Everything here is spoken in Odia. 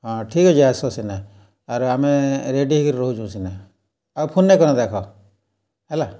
ହଁ ଠିକ୍ ଅଛେ ଆସ ସିନେ ଆର୍ ଆମେ ରେଡ଼ି ହେଇକିରି ରହୁଚୁ ସିନେ ଆଉ ଫୋନ୍ ନାଇଁ କାରେଁ ଦେଖ ଦେଖ ହେଲା